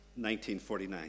1949